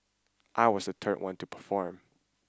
I was the third one to perform